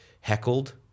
heckled